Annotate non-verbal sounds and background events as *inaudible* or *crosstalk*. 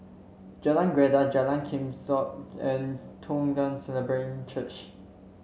Jalan Greja Jalan *unintelligible* and Toong *unintelligible* Church